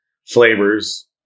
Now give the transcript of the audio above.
flavors